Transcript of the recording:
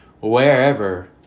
wherever